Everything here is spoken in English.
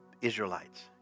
Israelites